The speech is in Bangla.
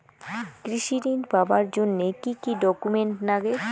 কৃষি ঋণ পাবার জন্যে কি কি ডকুমেন্ট নাগে?